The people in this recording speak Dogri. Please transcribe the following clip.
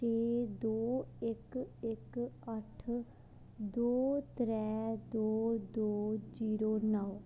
छे दो इक इक अट्ठ दो त्रै दो दो जीरो नो कन्नै